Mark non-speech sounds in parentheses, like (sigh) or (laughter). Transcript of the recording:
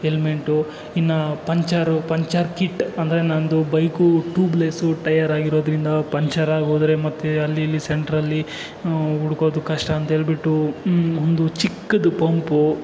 (unintelligible) ಇನ್ನು puncture puncture kit ಅಂದರೆ ನಂದು ಬೈಕು ಟೂಬ್ಲೆಸ್ ಟಯರ್ ಆಗಿರೋದರಿಂದ ಪಂಚರ್ ಆಗ್ಹೋದ್ರೆ ಮತ್ತೆ ಅಲ್ಲಿಲ್ಲಿ ಸೆಂಟ್ರಲ್ಲಿ ಹುಡುಕೋದು ಕಷ್ಟ ಅಂತ ಹೇಳಿಬಿಟ್ಟು ಒಂದು ಚಿಕ್ಕದು ಪಂಪು